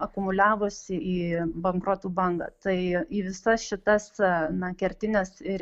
akumuliavosi į bankrotų bangą tai į visas šitas na kertines ir